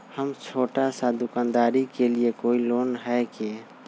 हम छोटा सा दुकानदारी के लिए कोई लोन है कि?